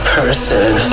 person